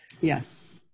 Yes